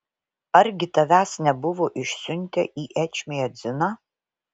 argi tavęs nebuvo išsiuntę į ečmiadziną